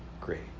great